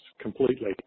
completely